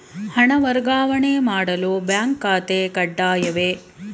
ಹಣ ವರ್ಗಾವಣೆ ಮಾಡಲು ಬ್ಯಾಂಕ್ ಖಾತೆ ಕಡ್ಡಾಯವೇ?